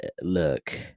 look